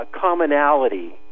commonality